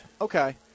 Okay